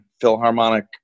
Philharmonic